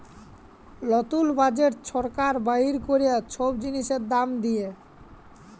লতুল বাজেট ছরকার বাইর ক্যরে ছব জিলিসের দাম দিঁয়ে